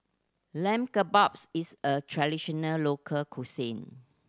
Lamb Kebabs is a traditional local cuisine